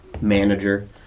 manager